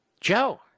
Joe